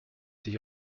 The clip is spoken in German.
sich